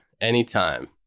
anytime